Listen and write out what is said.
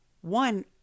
one